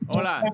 Hola